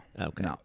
Okay